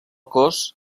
cos